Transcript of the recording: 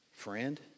friend